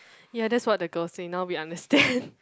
ya that's what the girl say now we understand